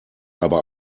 aber